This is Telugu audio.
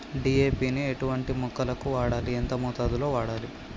డీ.ఏ.పి ని ఎటువంటి మొక్కలకు వాడాలి? ఎంత మోతాదులో వాడాలి?